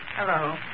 Hello